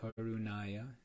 Karunaya